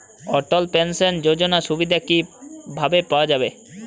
অটল pension যোজনার সুবিধা কি ভাবে পাওয়া যাবে?